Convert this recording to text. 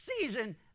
season